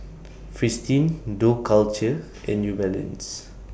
Fristine Dough Culture and New Balance